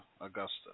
Augusta